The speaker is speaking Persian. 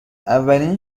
اولین